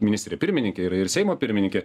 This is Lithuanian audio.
ministrė pirmininkė yra ir seimo pirmininkė